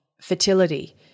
fertility